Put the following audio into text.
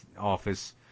office